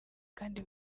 kandi